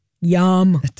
Yum